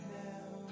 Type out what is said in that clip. now